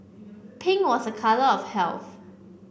pink was a colour of health